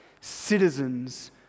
citizens